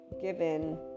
given